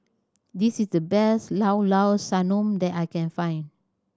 this is the best Llao Llao Sanum that I can find